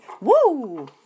Woo